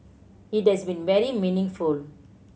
it has been very meaningful